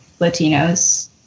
Latinos